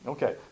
Okay